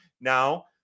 Now